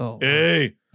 Hey